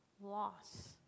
loss